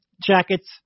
jackets